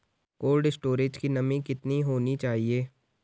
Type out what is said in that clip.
Cold storage की नमी कितनी होनी चाहिए?